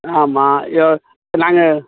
ஆமாம் இப்போ நாங்கள்